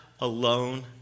alone